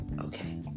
Okay